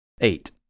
Eight